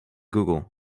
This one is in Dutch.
google